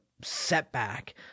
setback